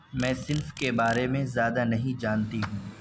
میں صنف کے بارے میں زیادہ نہیں جانتی ہوں